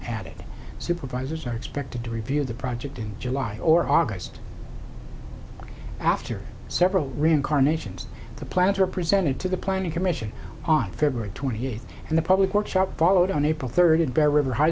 added supervisors are expected to review the project in july or august after several reincarnations the plans were presented to the planning commission on february twenty eighth and the public workshop followed on april third by river high